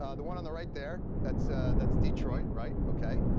ah the one on the right there, that's ah that's detroit, right? okay?